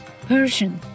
Persian